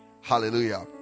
hallelujah